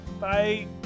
Bye